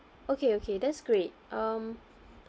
okay okay that's great um